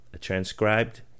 transcribed